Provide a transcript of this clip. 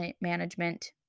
management